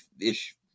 ish